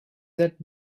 that